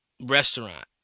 restaurant